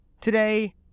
today